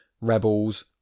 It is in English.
Rebels